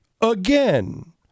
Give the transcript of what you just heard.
again